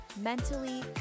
mentally